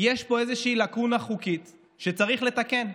יש פה איזושהי לקונה חוקית שצריך לתקן.